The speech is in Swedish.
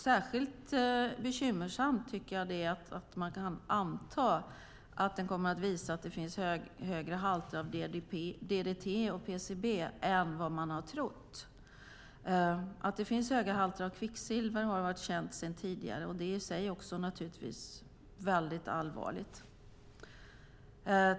Särskilt bekymmersamt tycker jag att det är att man kan anta att den kommer att visa att det finns högre halter av DDT och PCB än vad man har trott. Att det finns höga halter av kvicksilver har varit känt sedan tidigare, och det i sig är naturligtvis allvarligt.